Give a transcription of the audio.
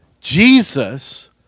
Jesus